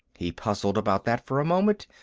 he puzzled about that for a moment,